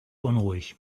unruhig